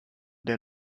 der